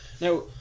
Now